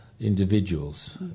individuals